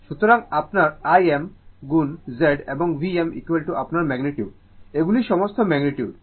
সুতরাং আপনার Im গুণ Z এবং Vm আপনার ম্যাগনিটিউড এগুলি সমস্ত ম্যাগনিটিউড Vm Im গুণ Z